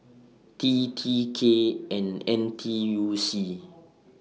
T T K and N T U C